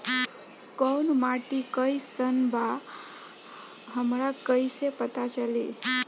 कोउन माटी कई सन बा हमरा कई से पता चली?